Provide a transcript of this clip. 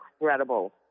incredible